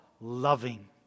loving